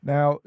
Now